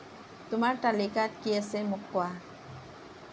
তোমাৰ তালিকাত কি আছে মোক কোৱা